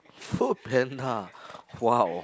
Foodpanda !wow!